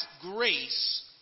grace